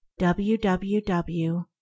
www